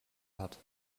hat